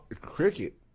cricket